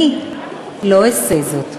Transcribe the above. אני לא אעשה זאת.